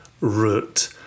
root